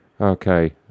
Okay